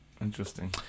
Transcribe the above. Interesting